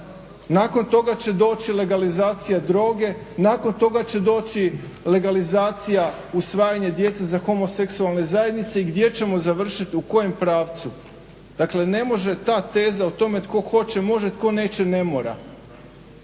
Nakon toga će doći legalizacija droge, nakon toga će doći legalizacija usvajanja djece za homoseksualne zajednice i gdje ćemo završiti u kojem pravcu? Dakle, ne može ta teza o tome tko hoće može, tko neće ne mora.